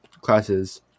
classes